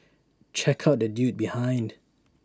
check out the dude behind